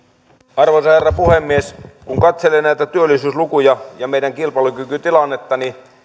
arvoisa herra puhemies kun katselee näitä työllisyyslukuja ja meidän kilpailukykytilannetta niin